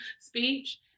speech